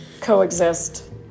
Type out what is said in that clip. coexist